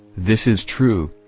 this is true,